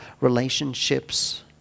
relationships